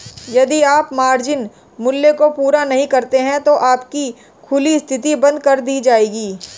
यदि आप मार्जिन मूल्य को पूरा नहीं करते हैं तो आपकी खुली स्थिति बंद कर दी जाएगी